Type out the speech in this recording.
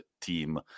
team